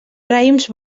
raïms